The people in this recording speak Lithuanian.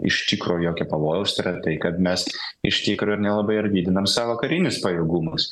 iš tikro jokio pavojaus tai yra tai kad mes iš tikro ir nelabai ir didinam savo karinius pajėgumus